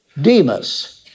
Demas